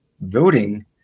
voting